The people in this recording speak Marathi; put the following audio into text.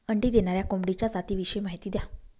अंडी देणाऱ्या कोंबडीच्या जातिविषयी माहिती द्या